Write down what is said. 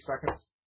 seconds